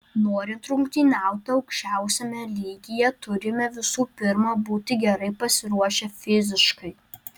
norint rungtyniauti aukščiausiame lygyje turime visų pirma būti gerai pasiruošę fiziškai